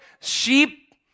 sheep